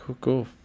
cool